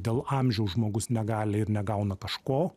dėl amžiaus žmogus negali ir negauna kažko